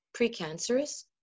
precancerous